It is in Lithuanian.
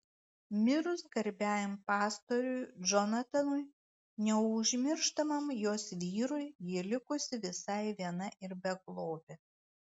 mirus garbiajam pastoriui džonatanui neužmirštamam jos vyrui ji likusi visai viena ir beglobė